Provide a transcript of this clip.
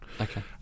Okay